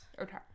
Okay